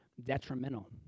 detrimental